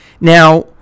Now